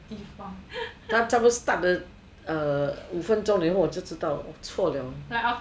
他们差不多 start 的五分钟脸后我就知道我错了